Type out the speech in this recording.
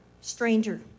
stranger